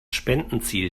spendenziel